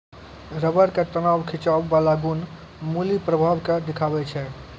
rubber के तनाव खिंचाव बाला गुण मुलीं प्रभाव के देखाबै छै